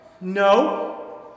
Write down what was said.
No